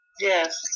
Yes